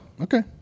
Okay